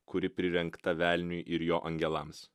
kuri prirengta velniui ir jo angelams